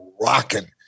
rocking